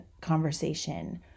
conversation